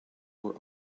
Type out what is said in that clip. were